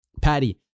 Patty